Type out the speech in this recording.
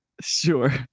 sure